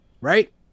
right